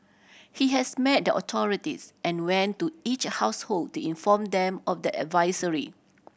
he has met the authorities and went to each household to inform them of the advisory